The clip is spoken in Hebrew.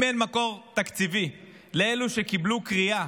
אם אין מקור תקציבי לאלו שקיבלו קריאה,